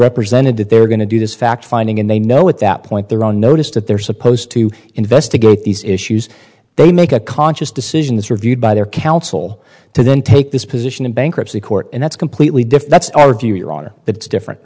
represented that they're going to do this fact finding and they know at that point there are noticed that they're supposed to investigate these issues they make a conscious decision this reviewed by their counsel to then take this position in bankruptcy court and that's completely diff that's our view that it's different